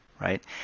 right